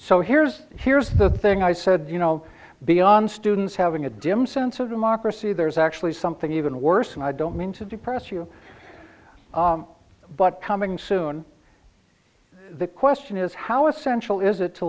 so here's here's the thing i said you know beyond students having a dim sense of democracy there is actually something even worse and i don't mean to depress you but coming soon the question is how essential is it to